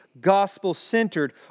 gospel-centered